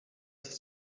das